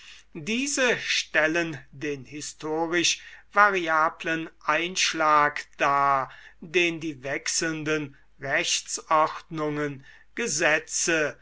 diese stellen den historisch variablen einschlag dar den die wechselnden rechtsordnungen gesetze